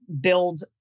build